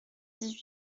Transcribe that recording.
dix